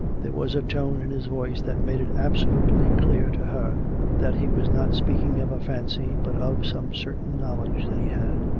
there was a tone in his voice that made it absolutely clear to her that he was not speak ing of a fancy, but of some certain knowledge that he had.